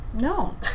No